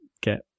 get